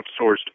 outsourced